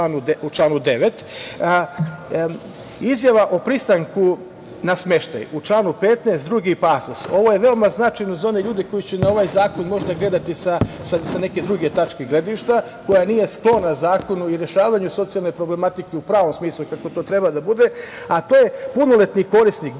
9.Izjava o pristanku na smeštaj, u članu 15, drugi pasus. Ovo je veoma značajno za one ljude koji će na ovaj zakon možda gledati sa neke druge tačke gledišta, koja nije sklona zakonu i rešavanju socijalne problematike u pravom smislu i kako to treba da bude, a to je: „Punoletni korisnik, bez